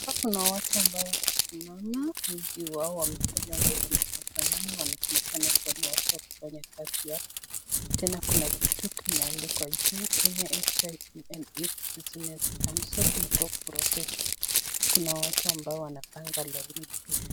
Hapa kuna watu ambao wanasimama. Wengi wao wamevaa nguo zilizo fanana. Wanaonekana kuwa ni watu wa kufanya kazi hapo. Tena kuna kitu kimeandikwa juu Kenya HIV and AIDS Business Council We Talk Protection . Kuna watu ambao wanapanga laini pia.